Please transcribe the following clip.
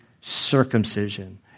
circumcision